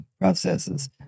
processes